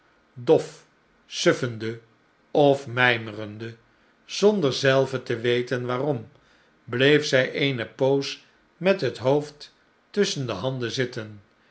dof suffende of mijmerende zonder zelve te weten waarom bleef zij eene poos met het hoofd tusschen de handen zitten